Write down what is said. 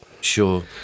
Sure